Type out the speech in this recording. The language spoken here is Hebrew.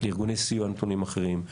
לארגוני סיוע נתונים אחרים.